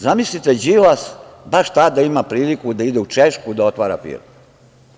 Zamislite Đilas baš tada ima priliku da ide u Češku da otvara firme.